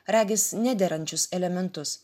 regis nederančius elementus